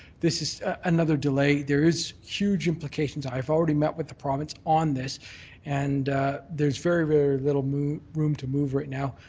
this is another delay. there is huge implications. i've already met with the province on this and there's very, very little room to move right now.